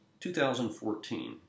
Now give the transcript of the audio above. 2014